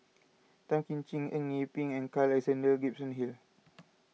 Tan Kim Ching Eng Yee Peng and Carl Alexander Gibson Hill